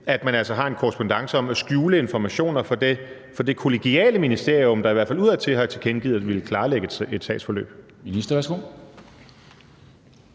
at man altså har en korrespondance om at skjule informationer fra det kollegiale ministerium, der i hvert fald udadtil har tilkendegivet at ville klarlægge et sagsforløb.